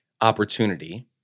opportunity